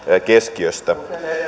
keskiöstä